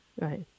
right